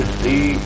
see